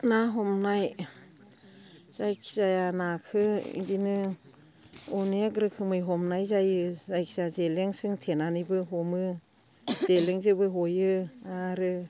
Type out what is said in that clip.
ना हमनाय जायखिजाया नाखौ बिदिनो अनेक रोखोमै हमनाय जायो जायखिजाया जेलें सोंथेनानैबो हमो जेलेंजोंबो हयो आरो